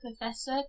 professor